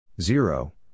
Zero